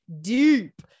deep